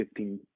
15